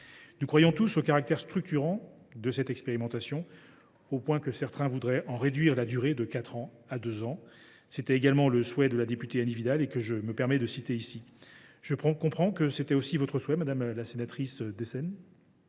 nous croyons tous au caractère structurant de cette expérimentation, au point que certains voudraient en réduire la durée de quatre à deux ans. C’était le souhait de la députée Annie Vidal, que je me permets de citer ici. Je comprends que c’est aussi votre souhait, madame la sénatrice Deseyne.